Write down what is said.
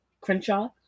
Crenshaw